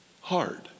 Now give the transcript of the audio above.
hard